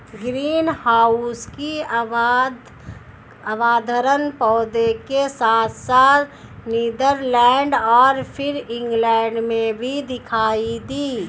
greenhouse की अवधारणा पौधों के साथ साथ नीदरलैंड और फिर इंग्लैंड में भी दिखाई दी